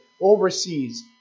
overseas